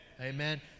Amen